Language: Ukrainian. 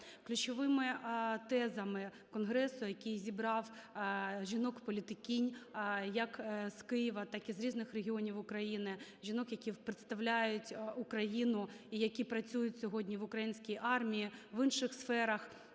Ключовими тезами конгресу, який зібрав жінок-політикінь як з Києва, так і з різних регіонів України, жінок, які представляють Україну і які працюють сьогодні в українській армії, в інших сферах